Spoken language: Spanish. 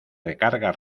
recarga